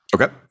okay